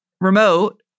remote